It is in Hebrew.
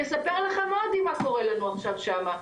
יספר לכם מודי מה קורה עכשיו שמה,